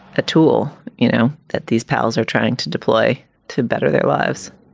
ah tool. you know that these powers are trying to to play to better their lives